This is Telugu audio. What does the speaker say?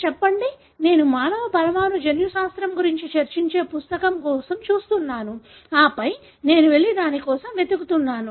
చెప్పండి నేను మానవ పరమాణు జన్యుశాస్త్రం గురించి చర్చించే పుస్తకం కోసం చూస్తున్నాను ఆపై నేను వెళ్లి దాని కోసం వెతుకుతున్నాను